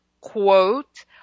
Quote